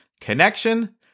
connection